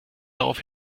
darauf